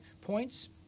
points